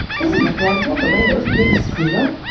isn't it dreadful the way those pigs squeal,